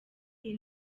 iyi